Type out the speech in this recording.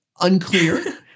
unclear